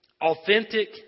Authentic